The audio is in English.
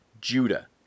Judah